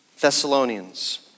Thessalonians